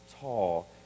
tall